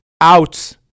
out